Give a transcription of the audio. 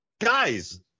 guys